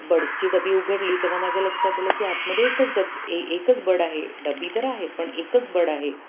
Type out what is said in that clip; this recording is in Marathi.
बड्सची डब् उघडली तेव्हा माझ्या लक्षात आलं की आतमध्ये एकच डब्ब ए एकच बड आहे डबी तर आहे पण एकच बड आहे